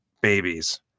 babies